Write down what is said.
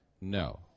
No